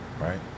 right